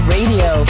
Radio